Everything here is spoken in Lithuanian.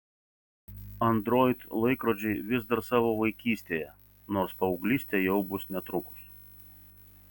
android laikrodžiai vis dar savo vaikystėje nors paauglystė jau bus netrukus